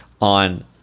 on